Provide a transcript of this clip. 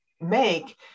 make